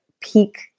peak